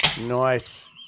Nice